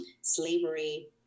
slavery